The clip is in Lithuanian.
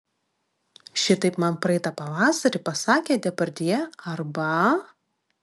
šitaip man praeitą pavasarį pasakė depardjė arba